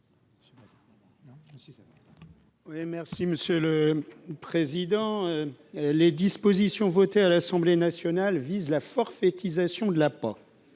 merci Monsieur le Président, les dispositions votées à l'Assemblée nationale, vise la forfaitisation de la pas